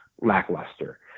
lackluster